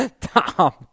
Tom